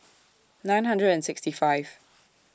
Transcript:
nine hundred and sixty five